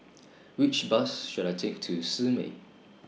Which Bus should I Take to Simei